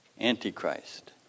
antichrist